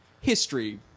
history